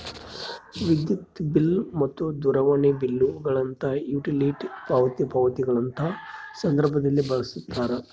ವಿದ್ಯುತ್ ಬಿಲ್ ಮತ್ತು ದೂರವಾಣಿ ಬಿಲ್ ಗಳಂತಹ ಯುಟಿಲಿಟಿ ಪಾವತಿ ಪಾವತಿಗಳಂತಹ ಸಂದರ್ಭದಲ್ಲಿ ಬಳಸ್ತಾರ